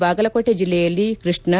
ಬಾಗಲಕೋಟೆ ಜಿಲ್ಲೆಯಲ್ಲಿ ಕೃಷ್ಣಾ